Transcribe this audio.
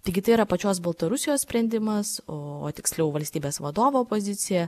taigi tai yra pačios baltarusijos sprendimas o tiksliau valstybės vadovo pozicija